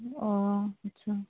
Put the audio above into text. ᱚᱻ ᱟᱪᱪᱷᱟ